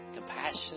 compassion